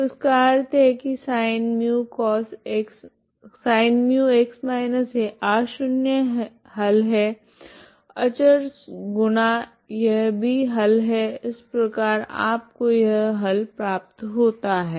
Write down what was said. तो इसका अर्थ है की sin μx−a अशून्य हल है अचर गुना यह भी हल है इस प्रकार आपको यह हल प्राप्त होता है